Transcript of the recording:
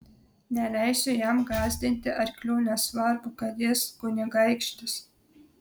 neleisiu jam gąsdinti arklių nesvarbu kad jis kunigaikštis